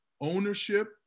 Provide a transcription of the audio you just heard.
ownership